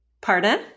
pardon